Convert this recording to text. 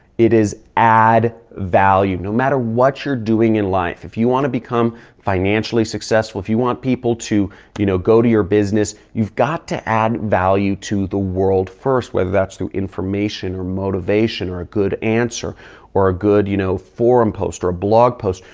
it is add value. no matter what you're doing in life, if you want to become financially successful, if you want people to you know to your business, you've got to add value to the world first whether that's through information or motivation or a good answer or good you know, forum, post or a blog post.